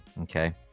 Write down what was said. okay